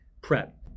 prep